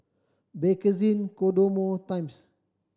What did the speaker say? Bakerzin Kodomo Times